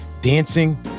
dancing